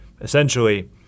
essentially